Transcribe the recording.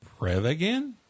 Prevagen